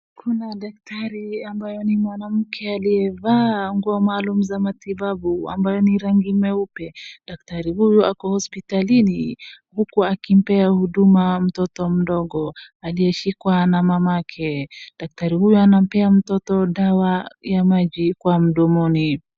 Kuna dakitari ambaye ni mwanamke aliyevaa nguo maalum za matibabu ambazo ni rangi nyeupe. Dakitari huyu ako hospitalini huku akimpea huduma mtoto mdogo aliyeshikwa na mamake. Dakitari uyu anampea mtoto dawa ya maji kwa mdomoni.